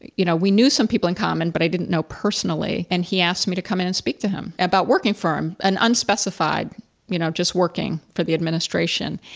you know, we knew some people in common but i didn't know personally and he asked me to come in and speak to him about working for him, an unspecified you know, just working for the administration.